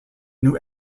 new